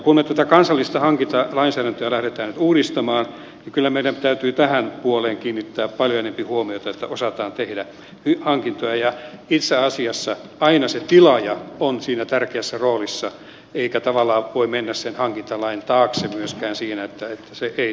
kun me tätä kansallista hankintalainsäädäntöä lähdemme uudistamaan niin kyllä meidän täytyy tähän puoleen kiinnittää paljon enempi huomiota että osataan tehdä hankintoja ja itse asiassa aina se tilaaja on siinä tärkeässä roolissa eikä tavallaan voi mennä sen hankintalain taakse myöskään siinä että se ei toimi